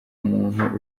muntu